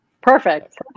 Perfect